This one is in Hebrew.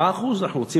4%. אנחנו רוצים,